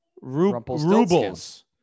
Rubles